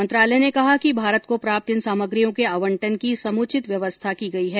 मंत्रालय ने कहा कि भारत को प्राप्त इन सामग्रियों के आंवटन की समुचित व्यवस्था की गई है